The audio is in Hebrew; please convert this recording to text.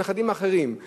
אלא נכדים אחרים,